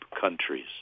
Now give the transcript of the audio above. countries